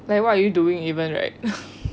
like what are you doing even right